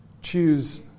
choose